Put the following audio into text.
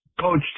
Coach